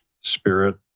spirit